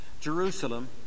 Jerusalem